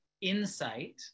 insight